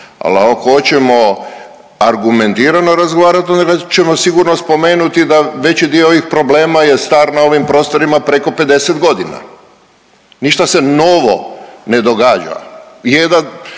Ali ako hoćemo argumentirano razgovarati onda radije ćemo sigurno spomenuti da veći dio ovih problema je star na ovim prostorima preko 50 godina. Ništa se novo ne događa.